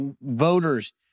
voters